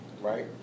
right